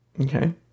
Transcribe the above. Okay